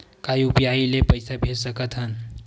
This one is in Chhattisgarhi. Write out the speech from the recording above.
का यू.पी.आई ले पईसा भेज सकत हन?